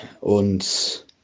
und